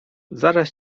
zaraz